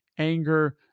anger